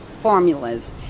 formulas